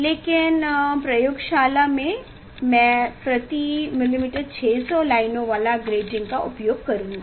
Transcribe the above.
लेकिन प्रयोगशाला में मैं प्रति मिलीमीटर 600 लाइनों वाला ग्रेटिंग का उपयोग करूंगा